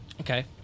Okay